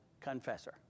confessor